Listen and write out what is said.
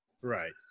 right